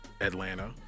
Atlanta